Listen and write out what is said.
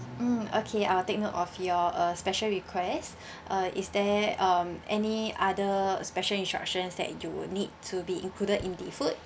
mm okay I will take note of your a special requests uh is there um any other special instructions that you would need to be included in the food